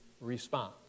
response